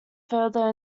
further